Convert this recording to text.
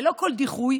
ללא כל דיחוי,